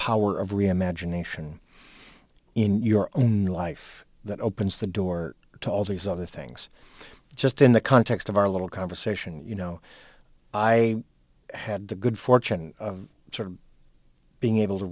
power of re imagination in your own life that opens the door to all these other things just in the context of our little conversation you know i had the good fortune sort of being able to